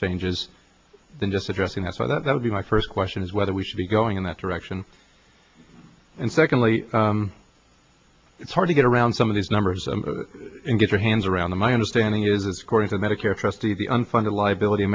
changes than just addressing that so that would be my first question is whether we should be going in that direction and secondly it's hard to get around some of these numbers and get your hands around the my understanding is it's going to medicare trustees the unfunded liability